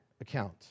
account